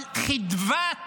אבל חדוות